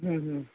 हं हं